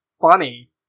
funny